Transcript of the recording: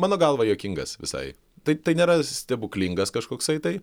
mano galva juokingas visai tai tai nėra stebuklingas kažkoksai tai